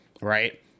Right